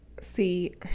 see